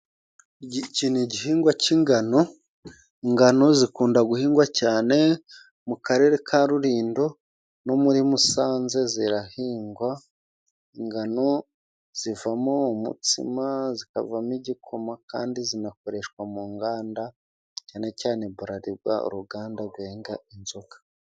Ici ni igihingwa c'ingano, ingano zikunda guhingwa cyane mu karere ka Rulindo no muri Musanze zirahingwa, ingano zivamo umutsima, zikavamo igikoma, kandi zinakoreshwa mu nganda cyane cyane Burarirwa, uruganda gwenga inzoga.